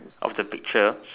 of the picture